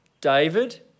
David